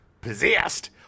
possessed